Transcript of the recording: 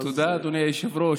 תודה, אדוני היושב-ראש.